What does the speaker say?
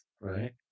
Right